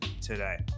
today